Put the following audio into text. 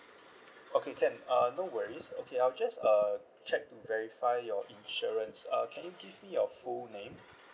okay can uh no worries okay I'll just err check to verify your insurance uh can you give me your full name